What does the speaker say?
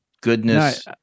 goodness –